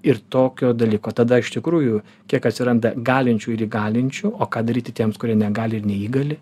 ir tokio dalyko tada iš tikrųjų kiek atsiranda galinčių ir įgalinčių o ką daryti tiems kurie negali ir neįgali